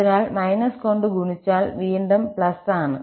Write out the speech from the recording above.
അതിനാൽ ′−′ കൊണ്ട് ഗുണിച്ചാൽ വീണ്ടും ′′ ആണ്